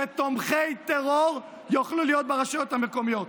יצביעו בעד שתומכי טרור יוכלו להיות ברשויות המקומיות.